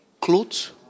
clothes